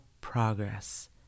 progress